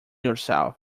yourself